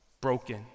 broken